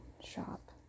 shop